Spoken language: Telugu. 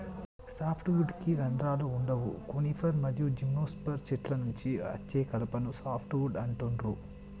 సాఫ్ట్ వుడ్కి రంధ్రాలు వుండవు కోనిఫర్ మరియు జిమ్నోస్పెర్మ్ చెట్ల నుండి అచ్చే కలపను సాఫ్ట్ వుడ్ అంటుండ్రు